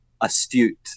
astute